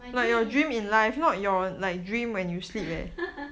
my dream is